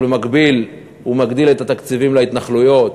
אבל במקביל הוא מגדיל את התקציבים להתנחלויות.